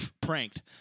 Pranked